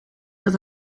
dat